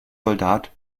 soldat